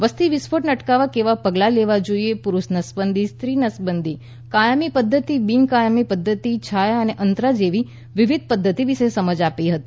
વસ્તી વિસ્ફોટને અટકાવવા કેવા પગલા લેવા જોઈએ પુરુષ નસબંધી સ્ત્રી નસબંધી કાયમી પદ્ધતિ બિન કાયમી પદ્ધતિ છાયા અંતરા જેવી વિવિધ પદ્ધતિ વિશે સમજ આપી હતી